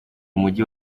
umujyi